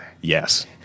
yes